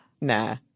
Nah